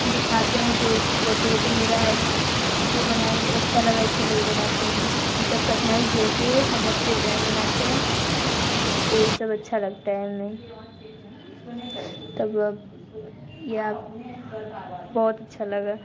दिखाते हैं तो बोलती हैं ये तो मेरा है क्यों बनाई तो अच्छा लगा इस लिए बनाते हैं इन सब कठिनाई को झेलते हुए हम अच्छे ड्राॅइंग बनाते हैं यही सब अच्छा लगता है हमें तब अब ये आप बहुत अच्छा लगा